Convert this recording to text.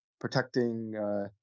protecting